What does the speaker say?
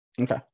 Okay